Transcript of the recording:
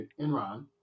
Enron